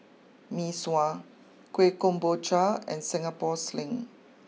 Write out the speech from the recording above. Mee Sua Kueh Kemboja and Singapore sling